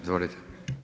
Izvolite.